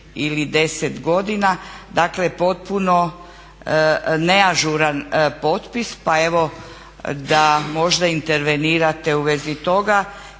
ili 10 godina, dakle potpuno neažuran potpis. Pa evo da možda intervenirate u vezi toga